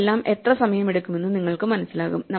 ഇവയെല്ലാം എത്ര സമയമെടുക്കുമെന്ന് നിങ്ങൾക്കു മനസ്സിലാകും